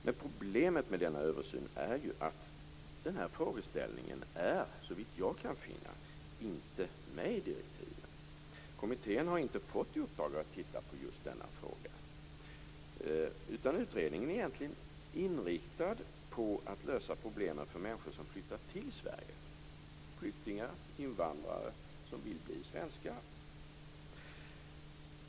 Men problemet med denna översyn är att den här frågeställningen inte finns, såvitt jag har kunnat finna, med i direktiven. Kommittén har inte fått i uppdrag att titta på just denna fråga, utan utredningen är egentligen inriktad på att lösa problem för människor som flyttar till Sverige, flyktingar och invandrare som vill bli svenskar.